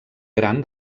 gran